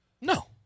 No